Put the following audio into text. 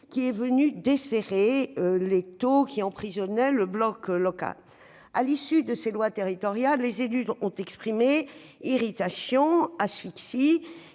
qui a desserré l'étau qui emprisonnait le bloc local. À l'issue de ces lois territoriales, les élus ont exprimé irritation et asphyxie.